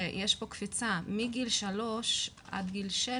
שיש פה קפיצה מגיל 3 עד גיל 6,